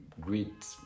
great